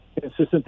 consistent